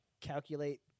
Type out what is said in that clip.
calculate